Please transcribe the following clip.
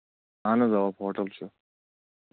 اَہن حظ اَوا ہوٹل چھُ